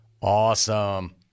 Awesome